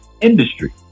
industry